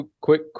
Quick